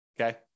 Okay